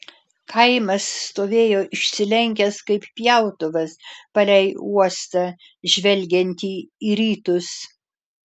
kaimas stovėjo išsilenkęs kaip pjautuvas palei uostą žvelgiantį į rytus